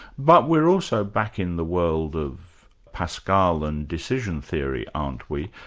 but we're also back in the world of of pascal and decision theory, aren't we,